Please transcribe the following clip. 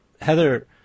Heather